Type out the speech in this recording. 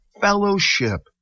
fellowship